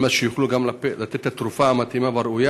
על מנת שיוכלו גם לתת את התרופה המתאימה והראויה.